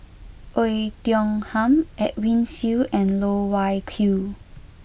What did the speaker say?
Oei Tiong Ham Edwin Siew and Loh Wai Kiew